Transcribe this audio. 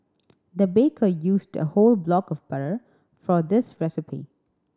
the baker used a whole block of butter for this recipe